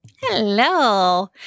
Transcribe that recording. Hello